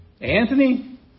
Anthony